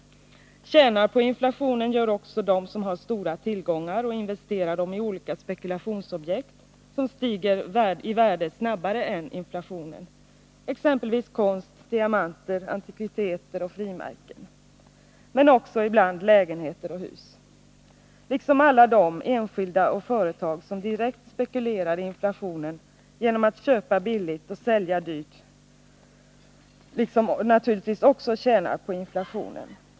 Tjänar på inflationen gör också de som har stora tillgångar och investerar dem i olika spekulationsobjekt som stiger i värde snabbare än inflationen verkar på pengarna, exempelvis konst, diamanter, antikviteter och frimär ken men också ibland lägenheter och hus. Alla de — enskilda och företag — som direkt spekulerar i inflationen genom att köpa billigt och sälja dyrt tjänar naturligtvis också på inflationen.